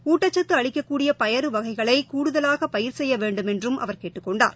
ஊட்டச்சத்துஅளிக்கக்கூடியபயறுவகைகளைகூடுதவாகபயிர் செய்யவேண்டுமென்றும் அவர் கேட்டுக் கொண்டார்